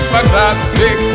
Fantastic